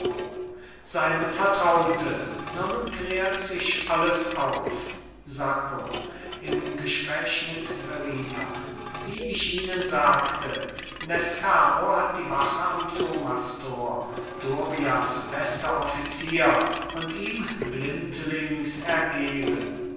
seine vertraute nun klärt sich alles auf sacco im gespräch mit verrina wie ich ihnen sagte lescaro hat die wache am thomastor dorias bester offizier und ihm blindlings ergeben